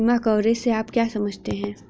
बीमा कवरेज से आप क्या समझते हैं?